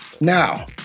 Now